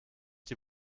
die